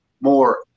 more